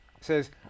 says